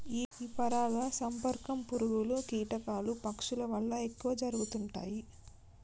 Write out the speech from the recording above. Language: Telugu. ఈ పరాగ సంపర్కం పురుగులు, కీటకాలు, పక్షుల వల్ల ఎక్కువ జరుగుతుంటాయి